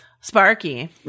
sparky